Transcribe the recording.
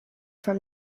from